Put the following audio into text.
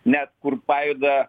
net kur pajuda